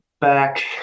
back